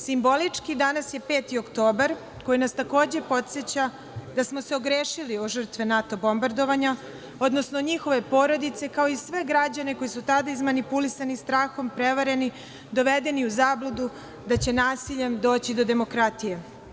Simbolički danas je 5. oktobar koji nas takođe podseća da smo se ogrešili o žrtve NATO bombardovanja, odnosno njihove porodice, kao i sve građane koji su tada izmanipulisani strahom, prevareni, dovedeni u zabludu da će nasiljem doći do demokratije.